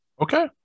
Okay